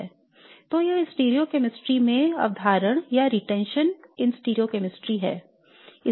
तो यह स्टिरियोकेमिस्ट्री में अवधारण है